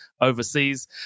overseas